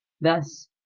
thus